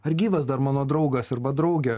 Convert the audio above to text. ar gyvas dar mano draugas arba draugė